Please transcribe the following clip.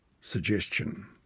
suggestion